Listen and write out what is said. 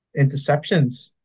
Interceptions